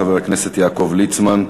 חבר הכנסת יעקב ליצמן.